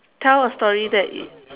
tell a story that is